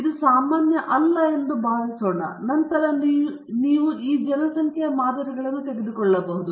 ಇದು ಸಾಮಾನ್ಯವಲ್ಲ ಎಂದು ಭಾವಿಸೋಣ ನಂತರ ನೀವು ಈ ಜನಸಂಖ್ಯೆಯ ಮಾದರಿಗಳನ್ನು ತೆಗೆದುಕೊಳ್ಳಬಹುದು